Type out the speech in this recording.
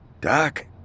Doc